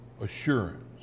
assurance